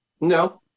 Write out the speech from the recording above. No